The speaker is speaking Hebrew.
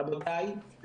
רבותיי,